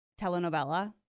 telenovela